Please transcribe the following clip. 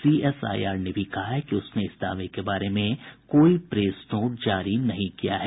CSIR ने भी कहा है कि उसने इस दावे के बारे में कोई प्रेस नोट जारी नहीं किया है